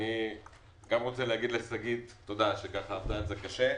אני רוצה להגיד לשגית תודה על שעבדה על זה קשה.